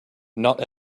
not